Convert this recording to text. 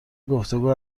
گفتگو